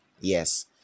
Yes